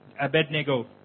Abednego